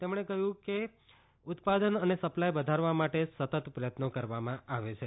તેમણે કહ્યું તેનું ઉત્પાદન અને સપ્લાય વધારવા માટે સતત પ્રયત્નો કરવામાં આવે છે